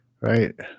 right